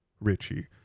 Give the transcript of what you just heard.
Richie